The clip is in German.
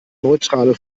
neutrale